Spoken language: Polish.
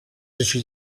życiu